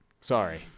sorry